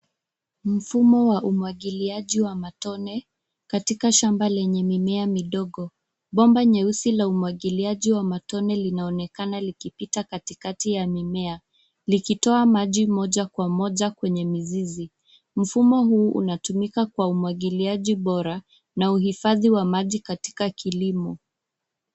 Mfumo wa umwagiliaji wa matone katika shamba lenye mimea midogo. Bomba nyeusi la umwagiliaji wa matone linaonekana likipita katikati ya mimea, likitoa maji moja kwa moja kwenye mizizi. Mfumo huu unatumika kwa umwagiliaji bora na uhifadhi wa maji katika kilimo.